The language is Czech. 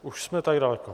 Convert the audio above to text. Už jsme tak daleko.